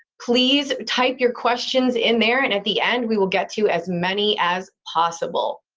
please type your questions in there and at the end we will get to you as many as possible.